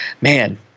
man